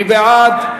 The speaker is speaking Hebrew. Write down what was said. מי בעד?